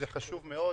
זה חשוב מאוד.